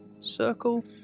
circle